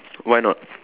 why not